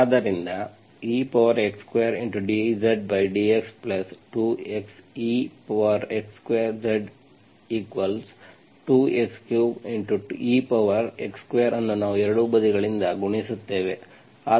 ಆದ್ದರಿಂದ ex2dZdx 2x ex2Z2 x3ex2 ಅನ್ನು ನಾವು ಎರಡೂ ಬದಿಗಳಿಂದ ಗುಣಿಸುತ್ತೇವೆ